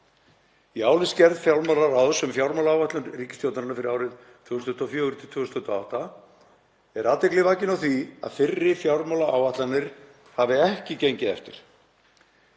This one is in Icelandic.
Í álitsgerð fjármálaráðs um fjármálaáætlun ríkisstjórnarinnar fyrir árin 2024–2028 er athygli vakin á því að fyrri fjármálaáætlanir hafi ekki gengið eftir.